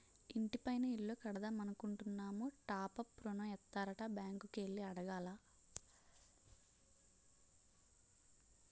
ఇంటి పైన ఇల్లు కడదామనుకుంటున్నాము టాప్ అప్ ఋణం ఇత్తారట బ్యాంకు కి ఎల్లి అడగాల